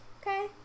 Okay